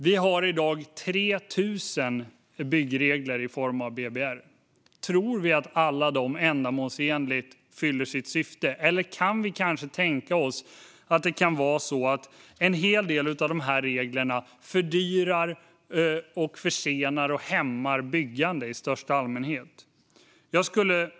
Vi har i dag 3 000 byggregler i form av Boverkets byggregler, BBR. Tror vi att alla de ändamålsenligt fyller sitt syfte? Eller kan vi kanske tänka oss att en hel del av dessa regler fördyrar, försenar och hämmar byggande i största allmänhet? Fru talman!